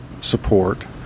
support